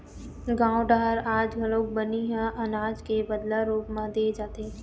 गाँव डहर आज घलोक बनी ह अनाज के बदला रूप म दे जाथे